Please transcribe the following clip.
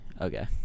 okay